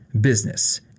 business